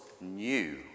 new